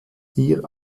hier